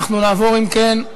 אנחנו נעבור, אם כן,